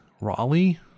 raleigh